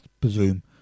presume